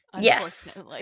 yes